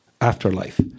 afterlife